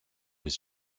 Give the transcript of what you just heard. was